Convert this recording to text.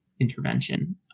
intervention